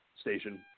station